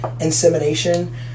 Insemination